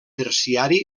terciari